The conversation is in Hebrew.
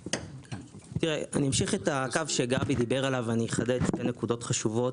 אני אמשיך את הקו שגבי דיבר עליו ואחדד שתי נקודות חשובות.